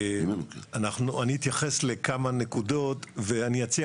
אני אתייחס לכמה נקודות ואני גם אציע